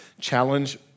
challenge